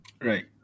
Right